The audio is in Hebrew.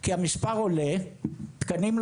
כי המספר עולה ואין תקנים,